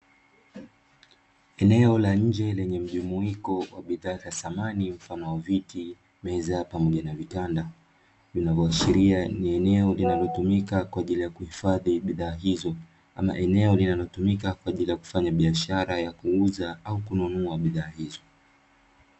Eneo la nje lenye mjumuiko wa bidhaa za samani mfano wa viti, meza, pamoja na vitanda linaloashiria ni eneo kutumika kwa ajili ya kuhifadhi bidhaa izo. Ama eneo linalotumika kufanya biashara ya kuuza au kununua bidhaa hizo.